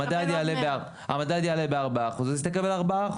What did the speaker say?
אם המדד יעלה בכ-4% אז היא תקבל כ-4%